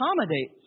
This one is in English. accommodate